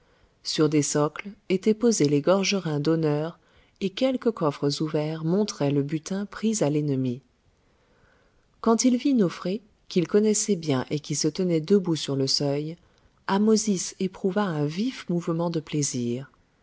sur des socles étaient posés les gorgerins d'honneur et quelques coffres ouverts montraient le butin pris à l'ennemi quand il vit nofré qu'il connaissait bien et qui se tenait debout sur le seuil ahmosis éprouva un vif mouvement de plaisir